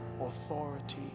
authority